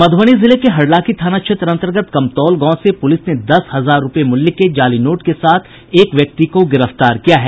मधुबनी जिले के हरलाखी थाना क्षेत्र अंतर्गत कमतौल गांव से पुलिस ने दस हजार रूपये मूल्य के जाली नोट के साथ एक व्यक्ति को गिरफ्तार किया है